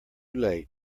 late